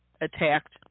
attacked